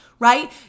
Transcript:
Right